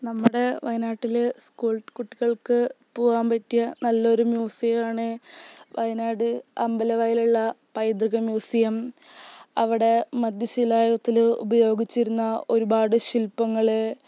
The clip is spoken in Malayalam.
നമ്മുടെ വയനാട്ടില് സ്കൂൾ കുട്ടികൾക്ക് പോകാൻ പറ്റിയ നല്ലൊരു മ്യൂസിയമാണ് വയനാട് അമ്പലവയലിലുള്ള പൈതൃക മ്യൂസിയം അവിടെ മധ്യശിലായുഗത്തില് ഉപയോഗിച്ചിരുന്ന ഒരുപാട് ശില്പങ്ങള്